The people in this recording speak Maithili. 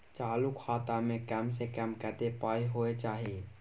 चालू खाता में कम से कम कत्ते पाई होय चाही?